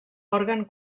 òrgan